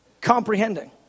comprehending